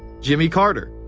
jimmy carter,